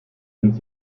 sind